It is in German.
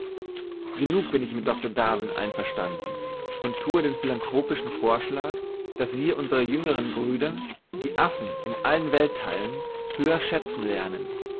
genug ich bin mit doktor darwin einverstanden und thue den philanthropischen vorschlag daß wir unsere jüngeren brüder die affen in allen welttheilen höher schäzen lernen